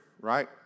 right